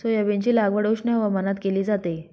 सोयाबीनची लागवड उष्ण हवामानात केली जाते